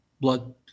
blood